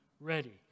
ready